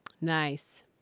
Nice